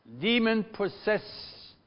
demon-possessed